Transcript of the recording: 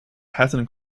hatton